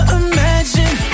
imagine